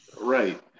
Right